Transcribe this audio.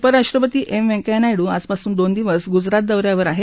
उपराष्ट्रपती एम व्यंकय्या नायडू आजपासून दोन दिवस गुजरात दौऱ्यावर आहेत